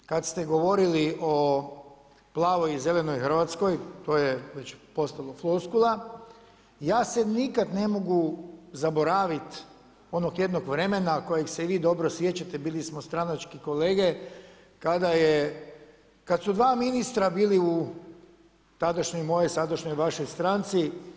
Ovaj dio kad ste govorili o plavoj i zelenoj Hrvatskoj to je već postalo floskula ja se nikad ne mogu zaboravit onog jednog vremena kojeg se i vi dobro sjećate, bili smo stranački kolege kada su dva ministra bili u tadašnjoj mojoj sadašnjoj vašoj stranci.